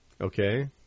Okay